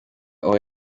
aho